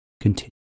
Continue